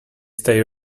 stay